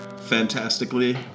Fantastically